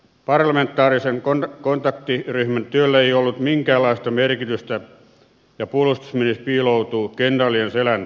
parlamentaarisen kontaktiryhmän työllä ei ollut minkäänlaista merkitystä ja puolustusministeri piiloutuu kenraalien selän taakse